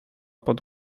pod